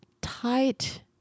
tight